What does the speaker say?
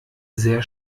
sehr